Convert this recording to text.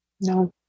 No